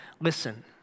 listen